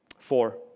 Four